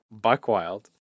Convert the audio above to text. Buckwild